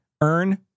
earn